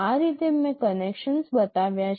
આ રીતે મેં કનેક્શન્સ બનાવ્યાં છે